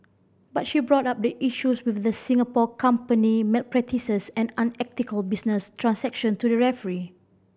but she brought up the issues with the Singapore company malpractices and unethical business transaction to the referee